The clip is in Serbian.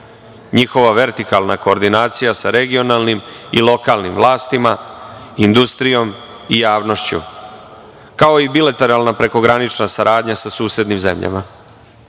njihova regionalna koordinacija sa regionalnim i lokalnim vlastima, industrijom i javnošću, kao i bilateralna prekogranična saradnja sa susednim zemljama. Osnovni